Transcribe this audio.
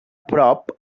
prop